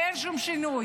ואין שום שינוי.